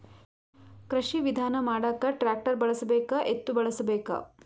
ಕೃಷಿ ವಿಧಾನ ಮಾಡಾಕ ಟ್ಟ್ರ್ಯಾಕ್ಟರ್ ಬಳಸಬೇಕ, ಎತ್ತು ಬಳಸಬೇಕ?